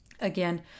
again